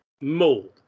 mold